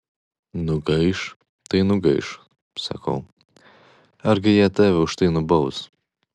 nugaiš tai nugaiš sakau argi jie tave už tai nubaus